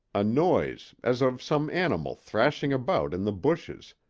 a noise as of some animal thrashing about in the bushes,